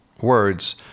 words